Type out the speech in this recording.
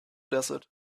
desert